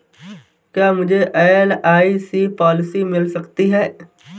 क्या मुझे LIC policy मिल सकती है?